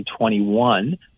2021